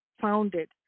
founded